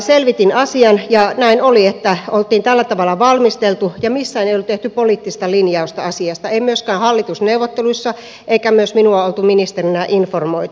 selvitin asian ja näin oli että oli tällä tavalla valmisteltu ja missään ei ollut tehty poliittista linjausta asiassa ei myöskään hallitusneuvotteluissa eikä myöskään minua ollut ministerinä informoitu